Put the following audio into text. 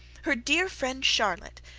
her dear friend charlotte,